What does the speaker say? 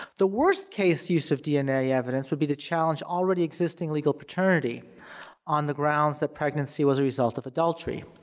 the worst case use of dna evidence would be to challenge already existing legal paternity on the grounds that pregnancy was a result of adultery.